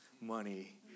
money